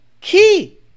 key